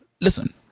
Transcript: Listen